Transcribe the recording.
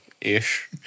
Ish